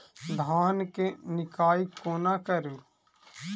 धान केँ निराई कोना करु?